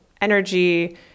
energy